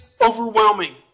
overwhelming